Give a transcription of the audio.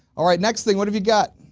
alright next thing what have you got?